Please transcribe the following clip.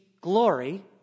glory